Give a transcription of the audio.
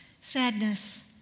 Sadness